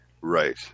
Right